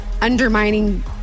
undermining